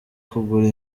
kugura